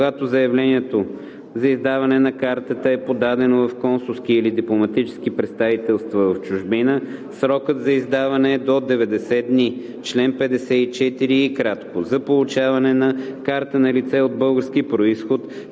Когато заявлението за издаване на картата е подадено в консулски или дипломатически представителства в чужбина, срокът за издаване е до 90 дни. Чл. 54й. За получаване на карта на лице от български произход